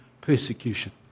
persecution